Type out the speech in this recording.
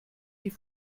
die